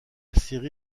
série